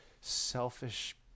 selfish